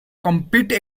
compete